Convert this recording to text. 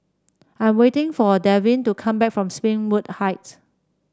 I am waiting for Devin to come back from Springwood Heights